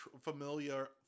familiar